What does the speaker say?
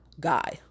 guy